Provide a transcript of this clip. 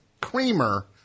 creamer